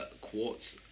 quartz